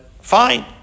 fine